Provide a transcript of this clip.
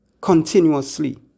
continuously